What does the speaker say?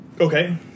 okay